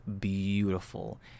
beautiful